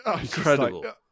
Incredible